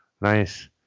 Nice